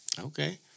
Okay